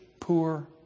poor